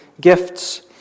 gifts